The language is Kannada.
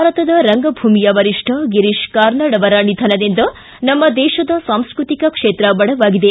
ಭಾರತದ ರಂಗಭೂಮಿಯ ವರಿಷ್ಠ ಗಿರೀಶ್ ಕಾರ್ನಾಡ್ ಅವರ ನಿಧನದಿಂದ ನಮ್ಮ ದೇಶದ ಸಾಂಸ್ಟ್ರತಿಕ ಕ್ಷೇತ್ರ ಬಡವಾಗಿದೆ